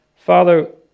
Father